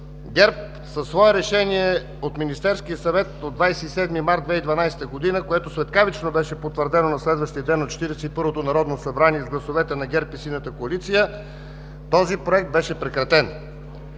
ГЕРБ, с Решение на Министерския съвет от 27 март 2012 г., което светкавично беше потвърдено на следващия ден от Четиридесет и първото народно събрание с гласовете на ГЕРБ и Синята коалиция, този проект беше прекратен.